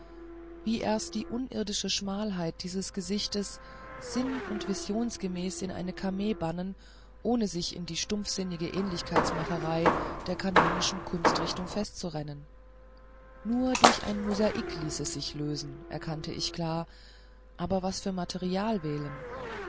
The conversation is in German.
wie erst die unirdische schmalheit des gesichtes sinn und visionsgemäß in eine kamee bannen ohne sich in die stumpfsinnige ähnlichkeitsmacherei der kanonischen kunst richtung festzurennen nur durch ein mosaik ließ es sich lösen erkannte ich klar aber was für